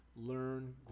learn